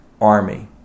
army